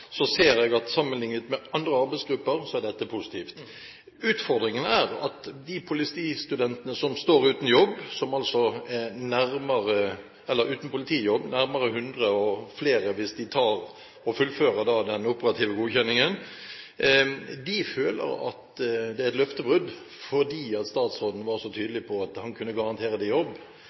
ser jeg at sammenlignet med andre arbeidsgrupper er dette positivt. Utfordringen er at de politistudentene som står uten politijobb – altså nærmere 100, og flere hvis de fullfører den operative godkjenningen – føler at det er et løftebrudd, fordi statsråden var så tydelig på at han kunne garantere dem jobb.